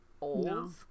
old